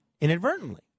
inadvertently